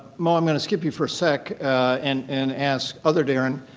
moe, i'm going to skip you for a sec and and ask other darren.